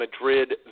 Madrid